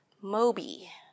Moby